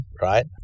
right